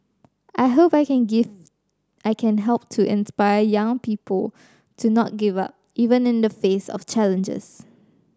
I hope I can I can help to inspire young people to not give up even in the face of challenges